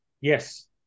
Yes